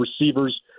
receivers